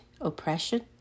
oppression